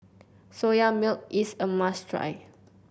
Soya Milk is a must try